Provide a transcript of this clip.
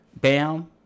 Bam